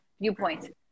viewpoint